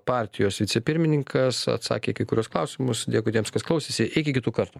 partijos vicepirmininkas atsakė į kai kuriuos klausimus dėkui tiems kas klausėsi iki kitų kartų